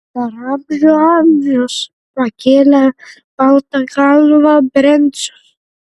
per amžių amžius pakėlė baltą galvą brencius